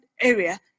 area